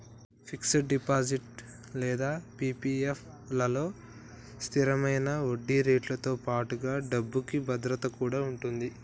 fixed deposit లేదా PPF లలో స్థిరమైన వడ్డీరేటుతో పాటుగా డబ్బుకి భద్రత కూడా ఉంటది